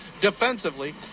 defensively